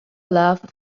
love